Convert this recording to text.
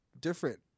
different